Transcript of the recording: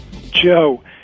Joe